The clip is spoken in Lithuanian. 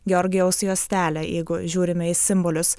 georgijaus juostelė jeigu žiūrime į simbolius